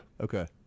Okay